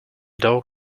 dog